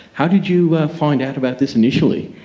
how did you find out about this initially?